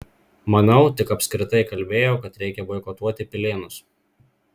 manau tik apskritai kalbėjau kad reikia boikotuoti pilėnus